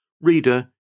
Reader